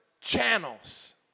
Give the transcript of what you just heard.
channels